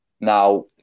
Now